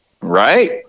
Right